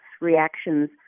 reactions